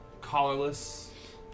collarless